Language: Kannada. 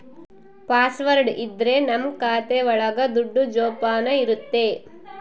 ಪಾಸ್ವರ್ಡ್ ಇದ್ರೆ ನಮ್ ಖಾತೆ ಒಳಗ ದುಡ್ಡು ಜೋಪಾನ ಇರುತ್ತೆ